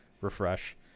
refresh